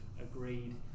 agreed